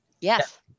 Yes